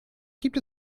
gibt